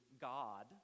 God